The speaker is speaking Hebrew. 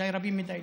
אולי רבים מדי,